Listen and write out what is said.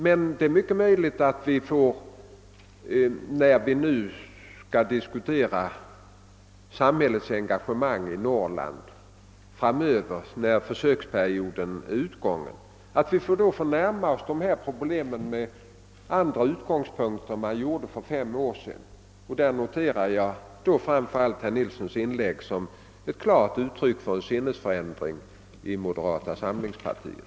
Men det är mycket möjligt, att vi, när vi skall diskutera samhällets engagemang i Norrland framöver, när försöksperioden är utgången, får närma oss dessa problem från andra utgångspunkter än man gjorde för fem år sedan. I det sammanhanget noterar jag framför allt herr Nilssons inlägg som ett klart uttryck för en sinnesförändring hos moderata samlingspartiet.